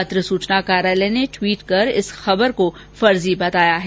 पत्र सूचना कार्यालय ने ट्वीट कर इस खबर को फर्जी बताया है